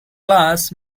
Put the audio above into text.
glass